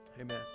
amen